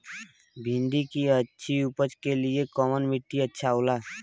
भिंडी की अच्छी उपज के लिए कवन मिट्टी अच्छा होला?